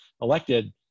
elected